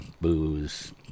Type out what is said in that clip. booze